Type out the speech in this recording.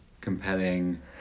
compelling